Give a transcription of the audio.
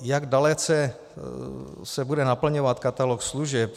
Jak dalece se bude naplňovat katalog služeb.